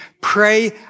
pray